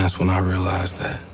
when i realized that